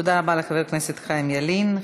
תודה רבה לחבר הכנסת חיים ילין.